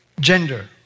Gender